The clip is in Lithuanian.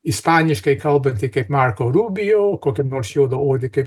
ispaniškai kalbantį kaip marko rubio kokį nors juodaodį kaip